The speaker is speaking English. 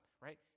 right